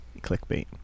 Clickbait